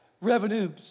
Revenue